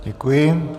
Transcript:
Děkuji.